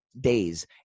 days